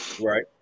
Right